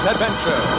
adventure